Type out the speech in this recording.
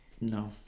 No